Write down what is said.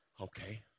Okay